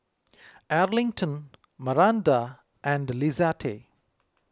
Arlington Maranda and Lizette